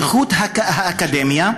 איכות האקדמיה,